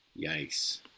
Yikes